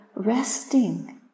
Resting